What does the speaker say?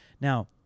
now